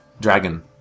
dragon